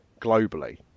globally